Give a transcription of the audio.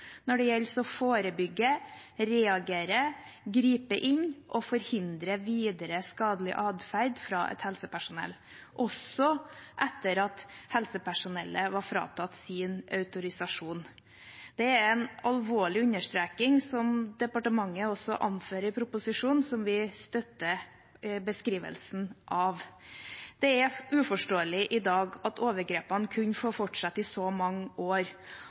når det gjelder å forebygge, reagere, gripe inn og forhindre videre skadelig atferd fra et helsepersonell også etter at helsepersonellet var fratatt sin autorisasjon.» Dette er en alvorlig understreking, som departementet også anfører i proposisjonen, og som vi støtter beskrivelsen av. Det er uforståelig i dag at overgrepene kunne få fortsette i så mange år,